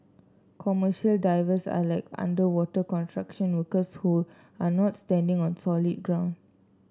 commercial divers are like underwater construction workers who are not standing on solid ground